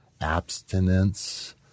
abstinence